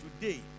Today